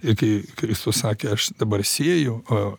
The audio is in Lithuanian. ir kai kristus sakė aš dabar sėju o